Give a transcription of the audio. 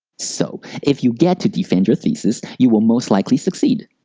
so, if you get to defend your thesis, you will most likely succeed.